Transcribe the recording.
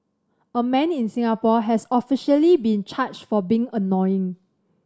a man in Singapore has officially been charged for being annoying